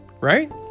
right